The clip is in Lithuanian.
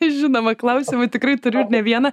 žinoma klausimų tikrai turiu ir ne vieną